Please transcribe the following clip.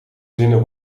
zinnen